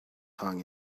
hung